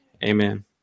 Amen